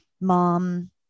mom